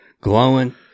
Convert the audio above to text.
glowing